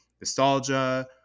nostalgia